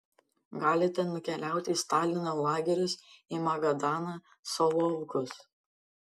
galite nukeliauti į stalino lagerius į magadaną solovkus